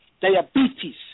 diabetes